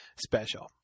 special